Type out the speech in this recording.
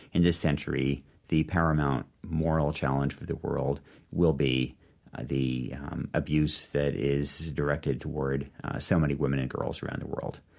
in this century the paramount moral challenge for the world will be the abuse that is directed toward so many women and girls around the world.